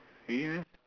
really meh